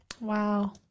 Wow